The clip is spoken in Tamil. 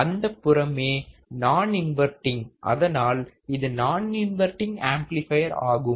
அந்தப் புறமே நான் இன்வர்டிங் அதனால் இது நான் இன்வர்டிங் ஆம்ப்ளிஃபையர் ஆகும்